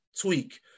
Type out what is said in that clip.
tweak